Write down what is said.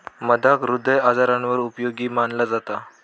मधाक हृदय आजारांवर उपयोगी मनाला जाता